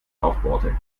aufbohrte